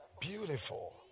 Beautiful